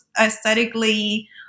aesthetically